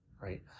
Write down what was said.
right